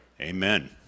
amen